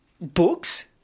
books